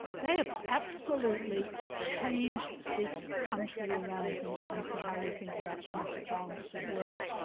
they have absolutely changed this country around when it comes to how we think about domestic violence at work.